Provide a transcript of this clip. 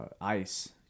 ice